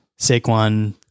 Saquon